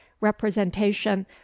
representation